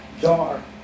jar